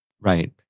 Right